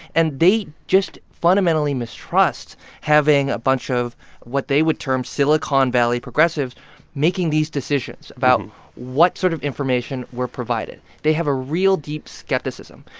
and they just fundamentally mistrust having a bunch of what they would term silicon valley progressives making these decisions about what sort of information we're provided. they have a real, deep skepticism.